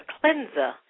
cleanser